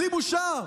בלי בושה: